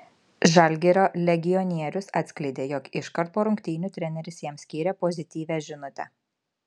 žalgirio legionierius atskleidė jog iškart po rungtynių treneris jam skyrė pozityvią žinutę